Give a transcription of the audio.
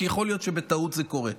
כי יכול להיות שבטעות זה קורה.